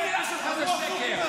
כל מילה שלך זה שקר.